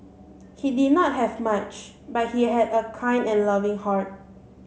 he did not have much but he had a kind and loving heart